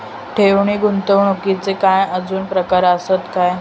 ठेव नी गुंतवणूकचे काय आजुन प्रकार आसत काय?